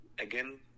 again